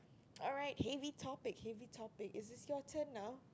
alright heavy topic heavy topic it is your turn now